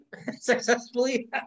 successfully